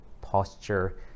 posture